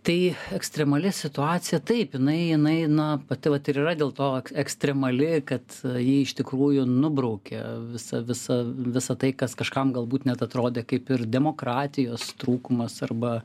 tai ekstremali situacija taip jinai jinai na pati vat ir yra dėl to ekstremali kad ji iš tikrųjų nubraukia visa visa visa tai kas kažkam galbūt net atrodė kaip ir demokratijos trūkumas arba